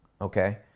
Okay